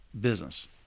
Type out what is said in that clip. business